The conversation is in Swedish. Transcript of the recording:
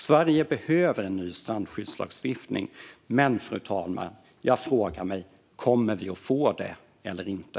Sverige behöver en ny strandskyddslagstiftning, fru talman, men jag frågar mig: Kommer vi att få det eller inte?